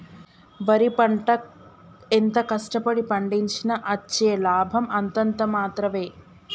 వరి పంట ఎంత కష్ట పడి పండించినా అచ్చే లాభం అంతంత మాత్రవే